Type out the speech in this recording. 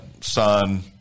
son